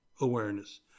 awareness